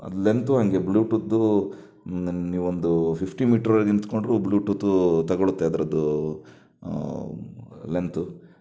length ಹಾಗೆ ಬ್ಲೂಟೂತ್ದು ನೀವೊಂದು ಫಿಫ್ಟಿ ಮೀಟರಲ್ಲಿ ನಿಂತುಕೊಂಡರೂ ಬ್ಲೂಟೂತ್ ತಗೊಳುತ್ತೆ ಅದರದ್ದು ಲೆಂಥ್